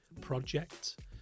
project